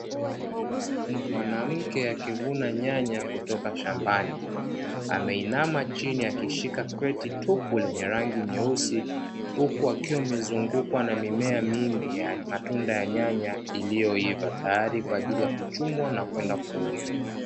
Mwanamke akivuna nyanya kutoka shambani. Ameinama chini akishika creti tupu lenye rangi nyeusi. Huku akiwa amezungukwa na mimea mingi ya matunda ya nyanya iliyoiva tayari kwa ajili ya kuchumwa na kwenda kuuzwa.